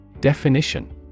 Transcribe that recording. Definition